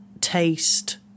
taste